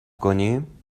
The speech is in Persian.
کنیم